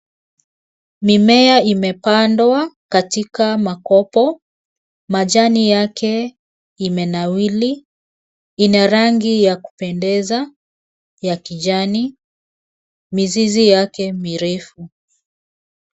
Mimea imepandwa katika makopo, majani yake imenawiri. Ina rangi ya kupendeza ya rangi ya kijani. Mizizi yake mirefu.